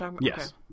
Yes